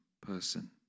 person